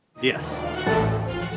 Yes